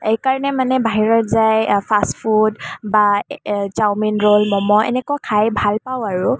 এইকাৰণে মানে বাহিৰত যাই ফাষ্টফুড বা চাউমিন ৰ'ল ম'ম' এনেকুৱা খাই ভাল পাওঁ আৰু